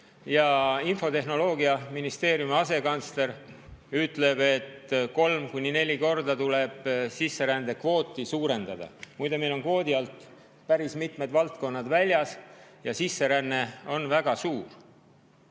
ja Kommunikatsiooniministeeriumi asekantsler ütleb, et kolm kuni neli korda tuleb sisserändekvooti suurendada. Muide, meil on kvoodi alt päris mitmed valdkonnad väljas ja sisseränne on väga suur.